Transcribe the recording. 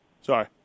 Sorry